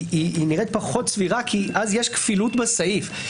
היא נראית פחות סבירה כי אז יש כפילות בסעיף,